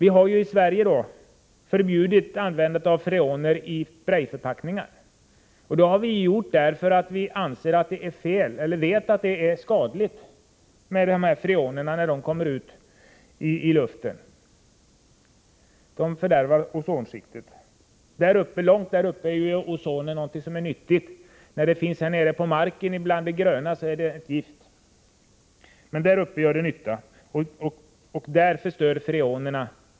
I Sverige har vi förbjudit användningen av freoner i sprayförpackningar. Det har vi gjort därför att man vet att freoner är skadliga när de kommer ut i luften. De fördärvar ozonskiktet. Långt uppe i atmosfären är ozonet nyttigt, men när det finns här nere vid marken bland det gröna är det ett gift.